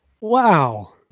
Wow